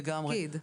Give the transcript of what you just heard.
לגמרי.